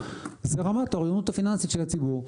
זה רמת האוריינות הפיננסית של הציבור.